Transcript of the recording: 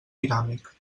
dinàmic